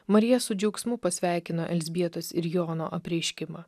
marija su džiaugsmu pasveikino elzbietos ir jono apreiškimą